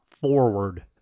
forward